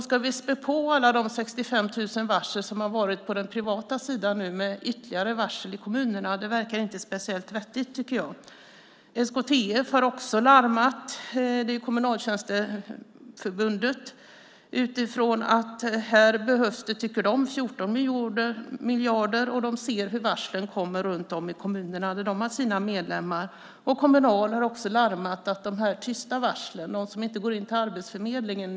Ska vi späda på alla de 65 000 varsel som har varit på den privata sidan nu med ytterligare varsel i kommunerna? Det verkar inte speciellt vettigt. SKTF, kommunaltjänstemannaförbundet, har larmat om att det behövs 14 miljarder. De ser hur varslen kommer runt om i kommunerna där de har sina medlemmar. Kommunal har också larmat om de tysta varslen, de som inte går in till Arbetsförmedlingen.